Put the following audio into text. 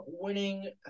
winning